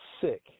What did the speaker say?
sick